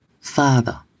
Father